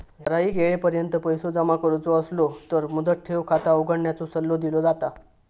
ठराइक येळेपर्यंत पैसो जमा करुचो असलो तर मुदत ठेव खाता उघडण्याचो सल्लो दिलो जाता